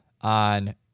on